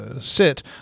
sit